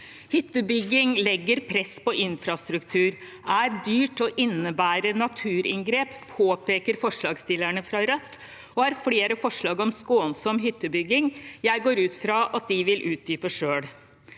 Hyttebygging legger press på infrastruktur, er dyrt og innebærer naturinngrep, påpeker forslagsstillerne fra Rødt og har flere forslag om skånsom hyttebygging, som jeg går ut fra at de vil utdype selv.